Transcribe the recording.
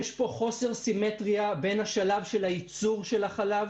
יש פה חוסר סימטריה בין שלב ייצור החלב